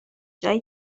جای